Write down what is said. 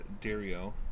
Dario